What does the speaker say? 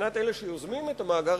ומבחינת אלה שיוזמים את המאגר,